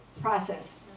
process